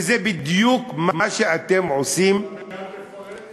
וזה בדיוק מה שאתם עושים, אתה בעד לפרק?